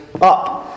up